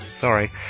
sorry